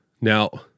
Now